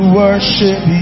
worship